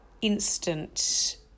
instant